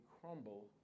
crumble